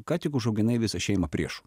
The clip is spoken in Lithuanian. ką tik užauginai visą šeimą priešų